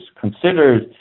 considered